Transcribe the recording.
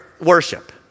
worship